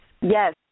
Yes